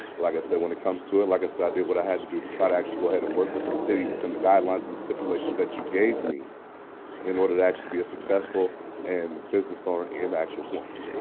like i said, when it comes to it, like i said, i did what i had to do to try to actually go ahead and work with the city within the guidelines and stipulations that you gave me in order to actually be a successful and business owner in actual florence.